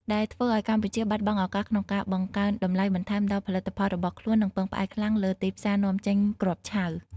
ដែលធ្វើឱ្យកម្ពុជាបាត់បង់ឱកាសក្នុងការបង្កើនតម្លៃបន្ថែមដល់ផលិតផលរបស់ខ្លួន និងពឹងផ្អែកខ្លាំងលើទីផ្សារនាំចេញគ្រាប់ឆៅ។